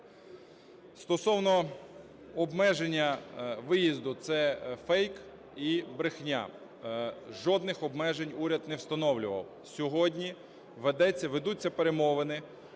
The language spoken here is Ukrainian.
Стосовно обмеження виїзду – це фейк і брехня. Жодних обмежень уряд не встановлював. Сьогодні ведуться перемовини